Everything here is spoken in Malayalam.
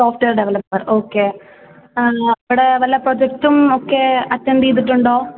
സോഫ്റ്റ്വെയർ ഡെവലപ്പർ ഓക്കെ അവിടെ വല്ല പ്രോജെക്ടും ഒക്കെ അറ്റെൻഡ് ചെയ്തിട്ടുണ്ടോ